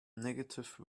negative